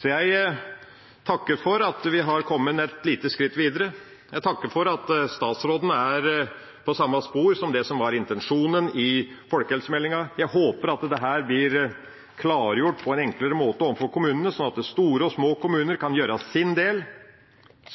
Så jeg takker for at vi har kommet et lite skritt videre. Jeg takker for at statsråden er på samme spor som det som var intensjonen i folkehelsemeldinga. Jeg håper dette blir klargjort på en enklere måte overfor kommunene, sånn at store og små kommuner kan gjøre sin del.